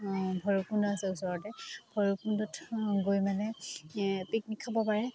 ভৈৰৱকুণ্ড আছে ওচৰতে ভৈৰৱকুণ্ডত গৈ মানে পিকনিক খাব পাৰে